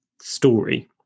story